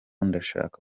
ndashaka